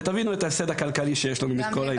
ותבינו את ההפסד הכלכלי שיש לנו מכל העניין.